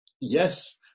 Yes